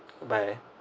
goodbye